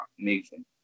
amazing